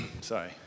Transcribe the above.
Sorry